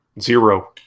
Zero